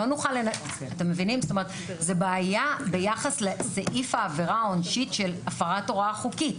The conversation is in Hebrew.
זה בעיה ביחס לסעיף העבירה העונשית של הפרת הוראה חוקית.